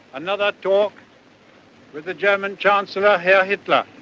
another talk with the german chancellor, herr hitler,